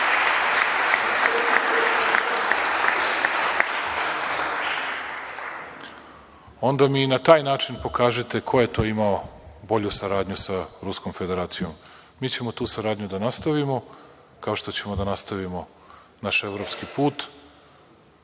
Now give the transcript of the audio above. onda mi i na taj način pokažite ko je to imao bolju saradnju sa Ruskom Federacijom. Mi ćemo tu saradnju da nastavimo, kao što ćemo da nastavimo naš evropski put